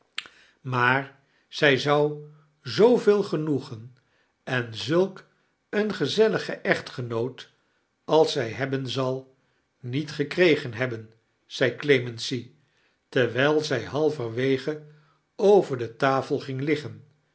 maar zij zou zooveel genoegea an zulk een gezelligen echtgentoot als zij hebben zal niet gekregen hebben zei clemency terwijl zij halverwege over de tafel ging liggen